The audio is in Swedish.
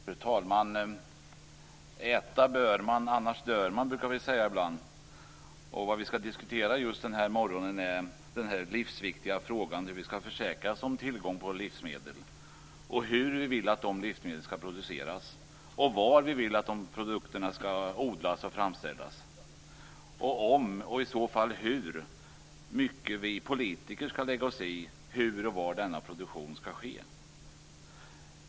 Fru talman! Äta bör man annars dör man, brukar vi säga ibland. Och vad vi skall diktera här denna morgon är just denna livsviktiga fråga hur vi skall försäkra oss om tillgång på livsmedel, och hur vi vill att dessa livsmedel skall produceras, och var vi vill att dessa produkter skall odlas och framställas, och om och i så fall hur mycket vi politiker skall lägga oss i hur och var denna produktion skall ske.